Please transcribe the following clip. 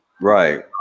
right